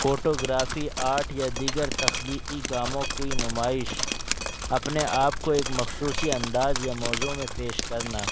photography art یا دیگر تخلیقی کاموں کی نمائش اپنے آپ کو ایک مخصوصی انداز یا موضوع میں پیش کرنا